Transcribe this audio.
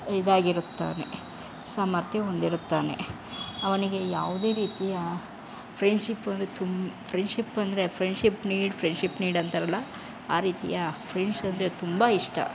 ಇದಾಗಿರುತ್ತಾನೆ ಸಾಮರ್ಥ್ಯ ಹೊಂದಿರುತ್ತಾನೆ ಅವನಿಗೆ ಯಾವುದೇ ರೀತಿಯ ಫ್ರೆಂಡ್ಶಿಪ್ಪು ಅಂದರೆ ತುಮ್ ಫ್ರೆಂಡ್ಶಿಪ್ ಅಂದರೆ ಫ್ರೆಂಡ್ಶಿಪ್ ನೀಡು ಫ್ರೆಂಡ್ಶಿಪ್ ನೀಡು ಅಂತಾರಲ್ಲ ಆ ರೀತಿಯ ಫ್ರೆಂಡ್ಸ್ ಅಂದರೆ ತುಂಬ ಇಷ್ಟ